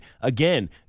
again